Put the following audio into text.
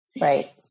Right